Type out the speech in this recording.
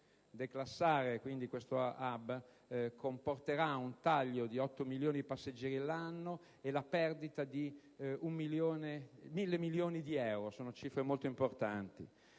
Declassare quindi questo *hub* comporterà un taglio di 8 milioni di passeggeri l'anno e la perdita di 1.000 milioni di euro. Sono cifre molto importanti.